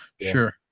sure